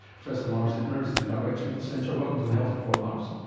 professor lars ittner is the director of the centre. welcome to the health report lars.